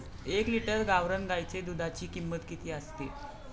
एक लिटर गावरान गाईच्या दुधाची किंमत किती असते?